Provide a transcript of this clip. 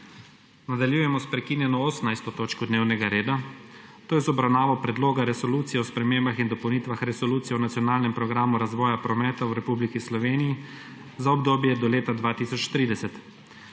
Nadaljujemo s prekinjeno 18. točko dnevnega reda, to je z obravnavo Predloga resolucije o spremembah in dopolnitvah Resolucije o nacionalnem programu razvoja prometa v Republiki Sloveniji za obdobje do leta 2030.